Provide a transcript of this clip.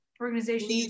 organization